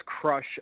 crush